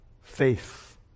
faith